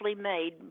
made